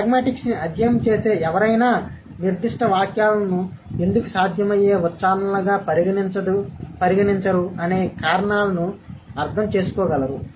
కాబట్టి ప్రాగ్మాటిక్స్ ని అధ్యయనం చేసే ఎవరైనా నిర్దిష్ట వాక్యాలను ఎందుకు సాధ్యమయ్యే ఉచ్చారణలుగా పరిగణించరు అనే కారణాలను అర్థం చేసుకోగలరు